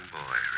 boy